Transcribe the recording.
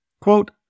Quote